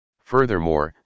Furthermore